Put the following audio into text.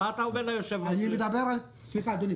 מה אתה אומר ליושב-ראש --- סליחה אדוני,